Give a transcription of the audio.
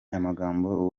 amagambo